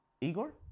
Igor